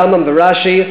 הרמב"ם ורש"י,